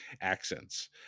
accents